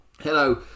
hello